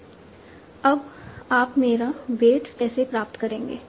k अब आप मेरा वेट्स कैसे प्राप्त करेंगे